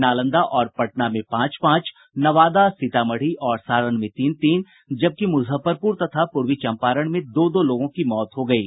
नालंदा और पटना में पांच पांच नवादा सीतामढ़ी और सारण में तीन तीन जबकि मुजफ्फरपुर तथा पूर्वी चंपारण में दो दो लोगों की मौत हो गयी